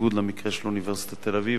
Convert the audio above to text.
בניגוד למקרה של אוניברסיטת תל-אביב,